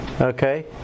Okay